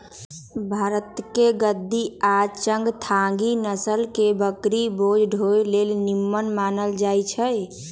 भारतके गद्दी आ चांगथागी नसल के बकरि बोझा ढोय लेल निम्मन मानल जाईछइ